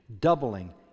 doubling